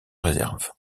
réserve